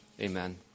amen